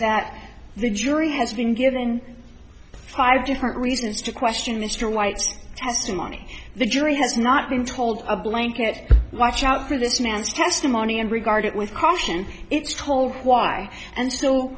that the jury has been given five different reasons to question mr white's testimony the jury has not been told a blanket watch out for this man's testimony and regard it with caution it's told why and so